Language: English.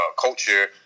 culture